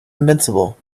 invincible